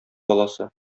баласы